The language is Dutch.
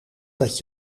dat